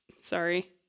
Sorry